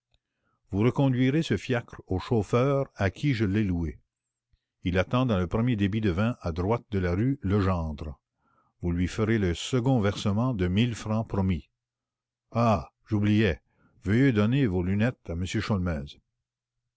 vous reconduirez ce fiacre au chauffeur il attend dans le premier débit de vins à droite de la rue legendre vous lui ferez le second versement de mille francs promis ah j'oubliais veuillez donner vos lunettes à